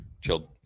Chilled